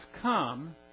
come